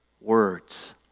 words